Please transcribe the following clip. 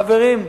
חברים,